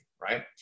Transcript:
right